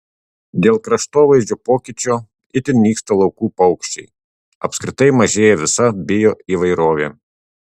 dėl kraštovaizdžio pokyčio itin nyksta laukų paukščiai apskritai mažėja visa bioįvairovė